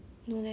justin bieber